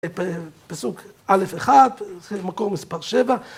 ‫פסוק א'-1, ‫מקור מס'-7.